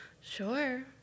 sure